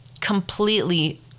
completely